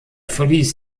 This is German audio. verließ